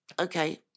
Okay